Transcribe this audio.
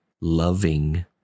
loving